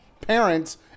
parents